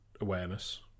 awareness